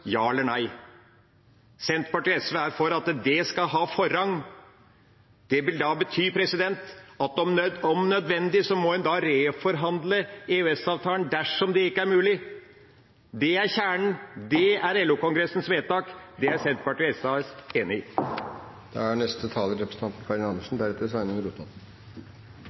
ja eller nei. Senterpartiet og SV er for at det skal ha forrang. Det vil da bety at om nødvendig må en reforhandle EØS-avtalen dersom det ikke er mulig. Det er kjernen, det er LO-kongressens vedtak, og det er Senterpartiet og SV enig i. SV og Senterpartiet er